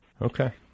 Okay